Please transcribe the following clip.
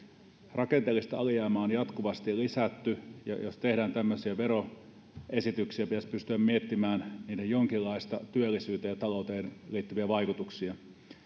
rakenteellista alijäämää on jatkuvasti lisätty ja jos tehdään tämmöisiä veroesityksiä pitäisi pystyä miettimään niiden jonkinlaisia työllisyyteen ja talouteen liittyviä vaikutuksia